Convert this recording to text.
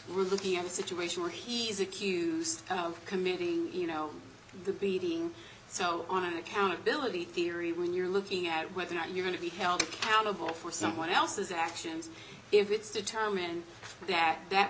we're looking at a situation where he's accused of committing you know the beating so on accountability theory when you're looking at whether or not you're going to be held accountable for someone else's actions if it's determined that that